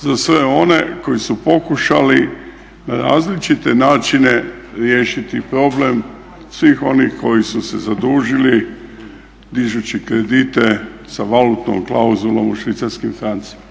za sve one koji su pokušali na različite načine riješiti problem svih onih koji su se zadužili dižući kredite sa valutnom klauzulom u švicarskim francima,